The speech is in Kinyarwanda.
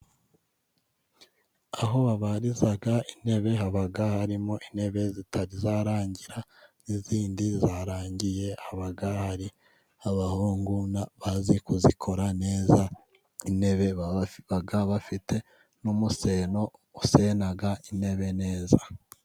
Aho babariza intebe, haba harimo intebe zitararangira n'izindi zarangiye, haba hari abahungu bazi kuzikora neza, intebe baba bafite n'umuseno usena intebe neza.